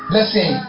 Listen